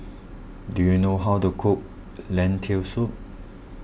do you know how to cook Lentil Soup